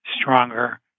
stronger